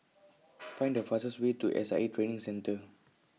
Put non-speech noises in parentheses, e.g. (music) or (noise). (noise) Find The fastest Way to S I A Training Centre